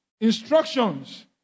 instructions